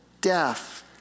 death